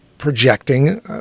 projecting